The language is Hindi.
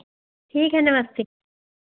ठीक है नमस्ते